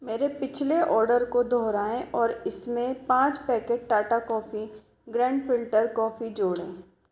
मेरे पिछले ऑर्डर को दोहराएं और इस में पाँच packet Tata coffee grand filter coffee जोड़ें